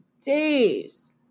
days